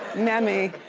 mamie,